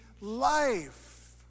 life